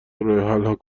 راهحلها